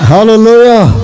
Hallelujah